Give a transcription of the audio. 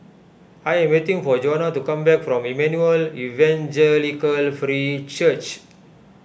I am waiting for Juana to come back from Emmanuel Evangelical Free Church